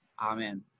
Amen